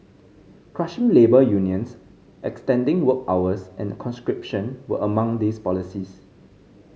crushing labour unions extending work hours and conscription were among these policies